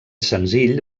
senzill